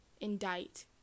indict